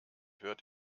hört